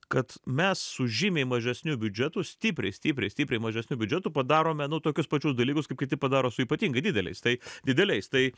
kad mes su žymiai mažesniu biudžetu stipriai stipriai stipriai mažesniu biudžetu padarome nu tokius pačius dalykus kaip kiti padaro su ypatingai dideliais tai dideliais tai